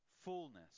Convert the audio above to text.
fullness